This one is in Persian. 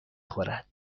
خورد